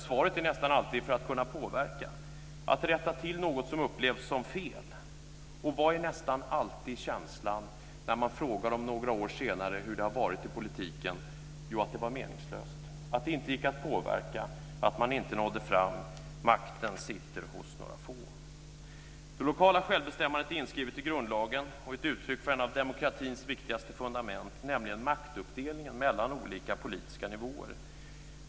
Svaret är nästan alltid för att kunna påverka och rätta till något som upplevs som fel. Och vad är nästan alltid känslan när man frågar dem några år senare hur det har varit i politiken? Jo, att det var meningslöst, att det inte gick att påverka och att man inte nådde fram. Makten sitter hos några få. Det lokala självbestämmandet är inskrivet i grundlagen och ett uttryck för ett av demokratins viktigaste fundament, nämligen maktuppdelningen mellan olika politiska nivåer.